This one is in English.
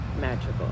magical